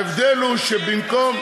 תמשיך, תמשיך, זו רק סגולה להצלחה.